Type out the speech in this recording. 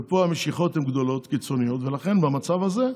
פה המשיכות הן גדולות, קיצוניות, ולכן, במצב הזה,